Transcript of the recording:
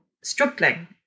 struggling